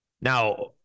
Now